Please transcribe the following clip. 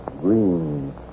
Green